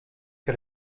que